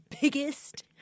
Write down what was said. biggest